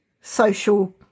social